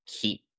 keep